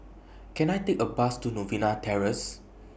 Can I Take A Bus to Novena Terrace